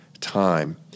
time